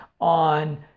on